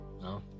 No